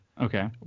Okay